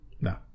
No